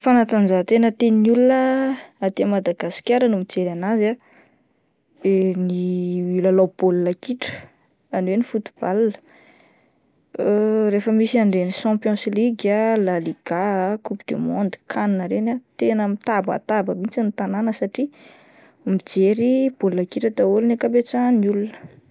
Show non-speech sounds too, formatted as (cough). Fanatanjantena tian'ny olona aty Madagasikara ny mijery an'azy ah de ny lalao baolina kitra izany hoe ny football, (hesitation) rehefa misy an-dreny champions Ligue ah, Laliga ah, coup du monde ,CAN reny ah tena mitabataba mihintsy ny tanana satria mijery baolina kitra daholo ny ankabetsahan'ny olona.